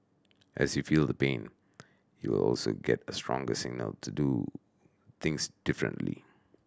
as you feel the pain you will also get a stronger signal to do things differently